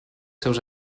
seus